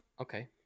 Okay